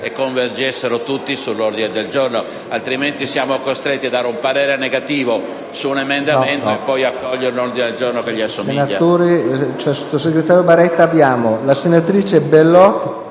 a convergere tutti sull’ordine del giorno G19.101 (testo 2): altrimenti siamo costretti a dare un parere negativo su un emendamento per poi accogliere un ordine del giorno che gli assomiglia.